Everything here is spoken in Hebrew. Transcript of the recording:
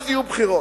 אז יהיו בחירות.